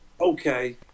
okay